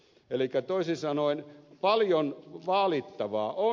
elikkä toisin sanoen paljon vaalittavaa on